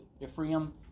Ephraim